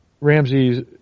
Ramsey's